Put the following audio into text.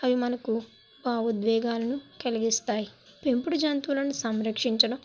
అవి మనకు భావోద్వేగాలను కలిగిస్తాయి పెంపుడు జంతువులను సంరక్షించడం